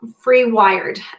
free-wired